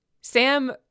Sam